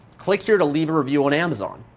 click here to leave a review on amazon.